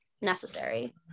necessary